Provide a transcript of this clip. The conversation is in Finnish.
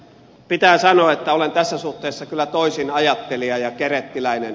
pitää sanoa että olen tässä suhteessa kyllä toisinajattelija ja kerettiläinen